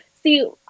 See